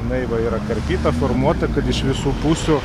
jinai va yra karpyta formuota iš visų pusių